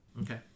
Okay